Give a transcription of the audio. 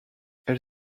elle